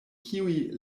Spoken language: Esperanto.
kiuj